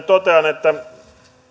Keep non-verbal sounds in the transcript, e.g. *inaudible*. *unintelligible* totean että